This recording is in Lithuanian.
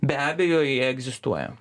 be abejo jie egzistuoja